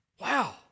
Wow